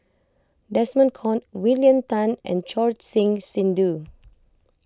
Desmond Kon William Tan and Choor Singh Sidhu